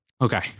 Okay